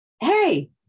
hey